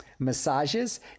massages